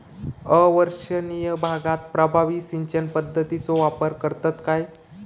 अवर्षणिय भागात प्रभावी सिंचन पद्धतीचो वापर करतत काय?